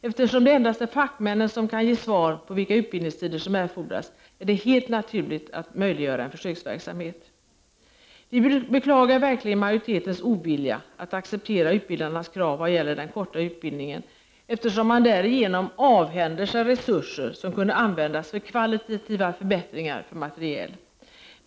Eftersom det endast är fackmännen som kan ge svar på vilken utbildningstid som erfordras är det helt naturligt att möjliggöra en försöksverksamhet. Vi beklagar verkligen majoritetens ovilja att acceptera utbildarnas krav när det gäller den korta utbildningen, eftersom man därigenom avhänder sig resurser som kunde användas för kvalitativa förbättringar och materiel.